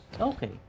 okay